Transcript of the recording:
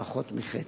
פחות מחצי,